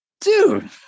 Dude